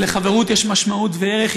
לחברות יש משמעות וערך.